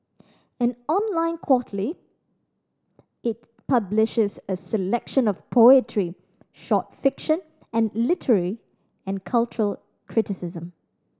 an online quarterly it publishes a selection of poetry short fiction and literary and cultural criticism